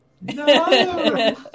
No